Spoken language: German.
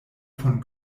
von